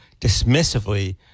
dismissively